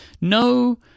no